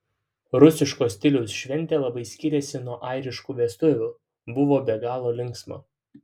rusiško stiliaus šventė labai skyrėsi nuo airiškų vestuvių buvo be galo linksma